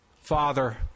Father